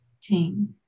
team